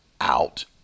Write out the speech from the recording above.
out